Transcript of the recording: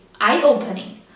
eye-opening